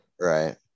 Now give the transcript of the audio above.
right